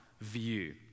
View